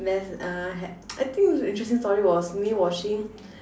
uh had I think the interesting story was me watching